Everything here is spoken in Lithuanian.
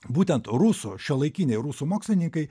būtent rusų šiuolaikiniai rusų mokslininkai